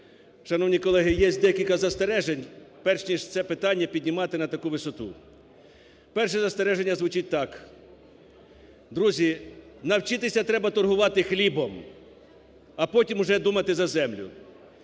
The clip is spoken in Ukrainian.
Шановні колеги, є декілька застережень перш, ніж це питання піднімати на таку висоту. Перше застереження звучить так. Друзі, навчитися треба торгувати хлібом, а потім уже думати за землю.